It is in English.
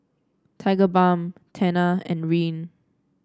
Tigerbalm Tena and Rene